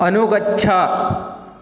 अनुगच्छ